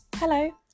Hello